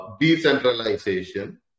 decentralization